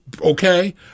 okay